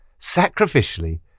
sacrificially